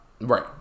Right